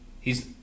He's-